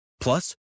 Plus